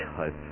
hope